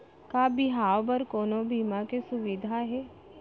का बिहाव बर कोनो बीमा के सुविधा हे?